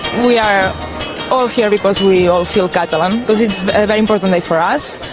we are all here because we all feel catalan, because it's a very important day for us,